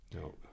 No